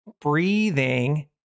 breathing